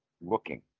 looking